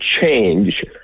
change